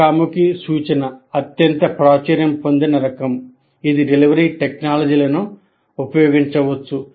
ముఖాముఖి సూచన అత్యంత ప్రాచుర్యం పొందిన రకం ఇది డెలివరీ టెక్నాలజీలను ఉపయోగించవచ్చు